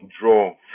draw